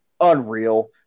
unreal